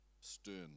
stern